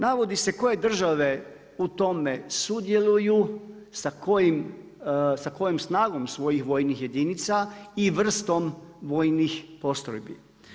Navodi se koje države u tome sudjeluju, sa kojom snagom svojih vojnih jedinica i vrstom vojnih postrojbi.